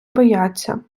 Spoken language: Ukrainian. бояться